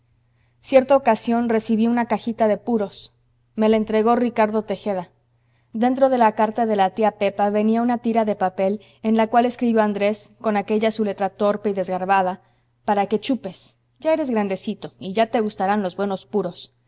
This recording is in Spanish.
cierta ocasión recibí una cajita de puros me la entregó ricardo tejeda dentro de la carta de la tía pepa venía una tira de papel en la cual escribió andrés con aquella su letra torpe y desgarbada para que chupes ya eres grandecito y ya te gustarán los buenos puros